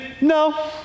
No